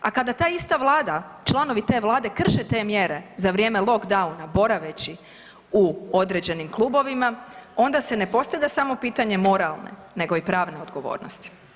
A kada ta ista Vlada, članovi te Vlade krše te mjere za vrijeme lockdowna boraveći u određenim klubovima onda se ne postavlja samo pitanje moralne, nego i pravne odgovornosti.